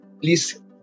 please